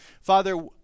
father